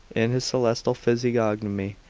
in his celestial physiognomy,